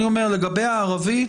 לגבי הערבית,